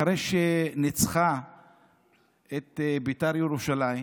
אחרי שהיא ניצחה את בית"ר ירושלים,